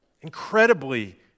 Incredibly